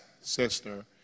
sister